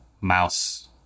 mouse